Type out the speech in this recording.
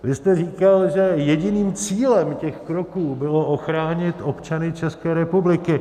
Vy jste říkal, že jediným cílem těch kroků bylo ochránit občany České republiky.